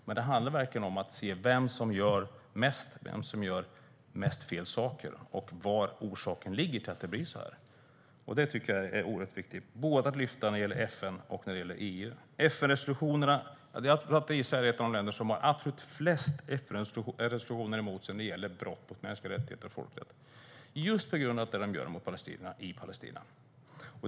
Men det handlar verkligen om att se vem som gör mest, vem som gör mest fel saker och var orsaken ligger till att det blir så här. Jag tycker att det är oerhört viktigt att lyfta detta både när det gäller FN och när det gäller EU. Israel är ett av de länder som har absolut flest FN-resolutioner mot sig när det gäller brott mot mänskliga rättigheter och folkrätt just på grund av det de gör mot palestinierna i Palestina.